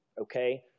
okay